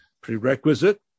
prerequisite